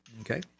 Okay